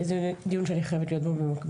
כי זה דיון שאני חייבת להיות בו במקביל.